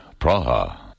Praha